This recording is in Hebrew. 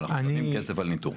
אבל אנחנו שמים כסף על ניטור.